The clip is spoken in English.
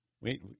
Wait